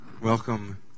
Welcome